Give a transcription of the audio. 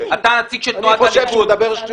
אתה נציג את תנועת הליכוד.